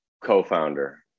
Co-founder